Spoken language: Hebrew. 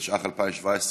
התשע"ח 2017,